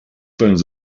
bones